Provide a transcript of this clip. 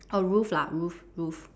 a roof lah roof roof